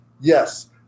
Yes